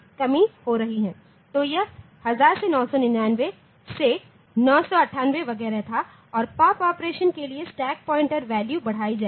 तो यह हजार से 999 से 998 वगैरह था और पॉप ऑपरेशन के लिए स्टैक पॉइंटर वैल्यू बढ़ाई जाएगी